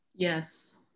Yes